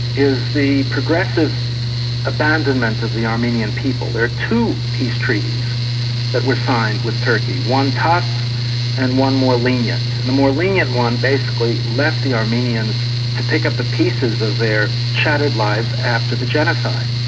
is the progressive abandonment of the armenian people. there are two peace tries that were signed with turkey. one tough and one more lenient, and the more lenient one basically left the armenians to pick up the pieces of their shattered lives after the genocide,